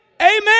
Amen